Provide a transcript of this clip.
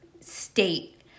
state